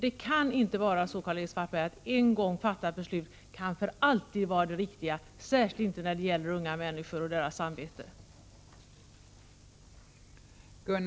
Det kan inte vara så, Karl-Erik Svartberg, att en gång fattade beslut för alltid kan vara riktiga, särskilt inte när det gäller unga människor och deras samveten.